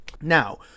now